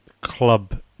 club